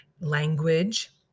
language